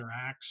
interacts